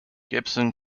gibson